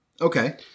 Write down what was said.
okay